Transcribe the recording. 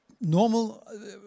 normal